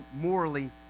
morally